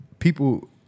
People